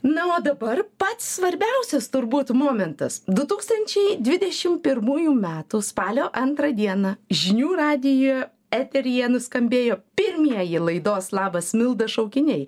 na o dabar pats svarbiausias turbūt momentas du tūkstančiai dvidešim pirmųjų metų spalio antrą dieną žinių radijo eteryje nuskambėjo pirmieji laidos labas milda šaukiniai